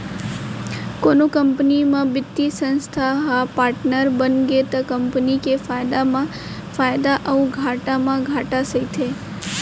कोनो कंपनी म बित्तीय संस्था ह पाटनर बनगे त कंपनी के फायदा म फायदा अउ घाटा म घाटा सहिथे